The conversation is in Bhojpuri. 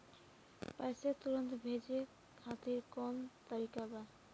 पैसे तुरंत भेजे खातिर कौन तरीका बा?